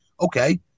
Okay